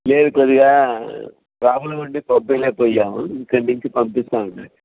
లేదు కొద్దిగా ప్రాబ్లమ్ ఉండి పంపియలేక పోయాము ఇక్కడి నుంచి పంపిస్తాము లేండి